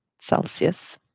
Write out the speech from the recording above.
Celsius